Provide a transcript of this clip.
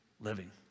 living